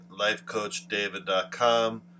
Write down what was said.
lifecoachdavid.com